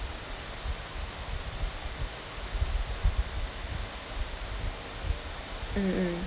mm mm